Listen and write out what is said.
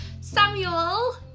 samuel